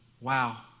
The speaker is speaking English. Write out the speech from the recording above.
Wow